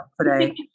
today